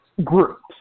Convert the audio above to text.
groups